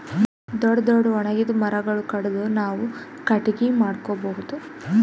ದೊಡ್ಡ್ ದೊಡ್ಡ್ ಒಣಗಿದ್ ಮರಗೊಳ್ ಕಡದು ನಾವ್ ಕಟ್ಟಗಿ ಮಾಡ್ಕೊಬಹುದ್